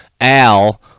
al